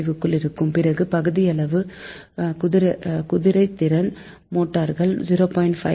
85 குள் இருக்கும் பிறகு பகுதியளவு குதிரைத்திறன் மோட்டார்கள் 0